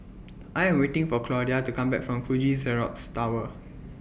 I Am waiting For Claudia to Come Back from Fuji Xerox Tower